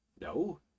no